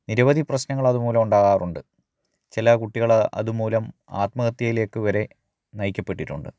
നിരവധി പ്രശ്നങ്ങൾ അതുമൂലം ഉണ്ടാകാറുണ്ട് ചില കുട്ടികള് അതുമൂലം ആത്മഹത്യയിലേക്ക് വരെ നയിക്കപ്പെട്ടിട്ടുണ്ട്